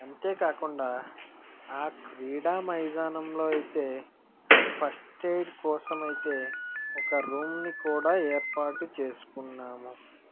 అంతేకాకుండా ఆ క్రీడా మైదానంలో అయితే ఫస్ట్ ఎయిడ్ కోసం అయితే ఒక రూమ్ని కూడా ఏర్పాటు చేసుకున్నాము